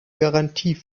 garantie